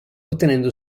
ottenendo